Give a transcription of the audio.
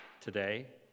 today